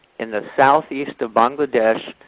in the southeast of bangladesh,